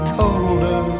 colder